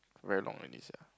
very long already sia